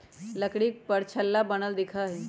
लकड़ी पर छल्ला बनल दिखा हई